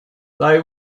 they